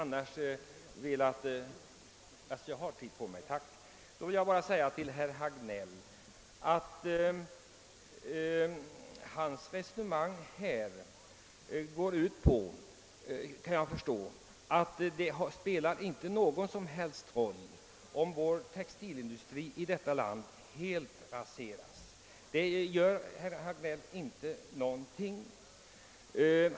Herr Hagnells resonemang går tydligen ut på att det inte spelar någon som helst roll om textilindustrin här i landet helt raseras. Det gör inte herr Hagnell någonting.